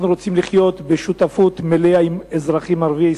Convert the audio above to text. אנחנו רוצים לחיות בשותפות מלאה עם אזרחים ערביי ישראל,